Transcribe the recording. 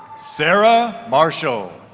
sarah marshall